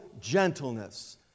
gentleness